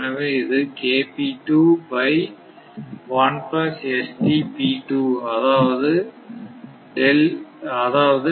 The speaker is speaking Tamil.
எனவே இது அதாவது